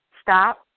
Stop